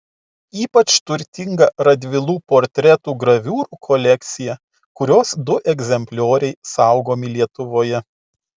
ypač turtinga radvilų portretų graviūrų kolekcija kurios du egzemplioriai saugomi lietuvoje